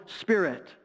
spirit